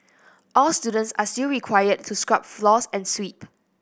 all students are still required to scrub floors and sweep